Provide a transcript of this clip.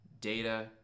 data